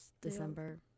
December